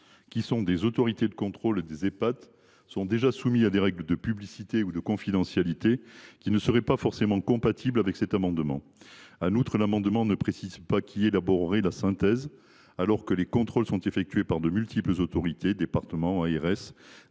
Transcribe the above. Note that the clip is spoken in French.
qui sont des autorités de contrôle des Ehpad, sont déjà soumis à des règles de publicité ou de confidentialité qui ne seraient pas forcément compatibles avec cet amendement. En outre, le texte de l’amendement ne précise pas qui élaborerait la synthèse, alors que les contrôles sont effectués par de multiples autorités – départements, ARS,